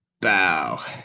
bow